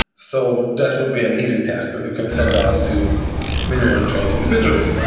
so that would be an easy test that you can send out to minimal trained individuals,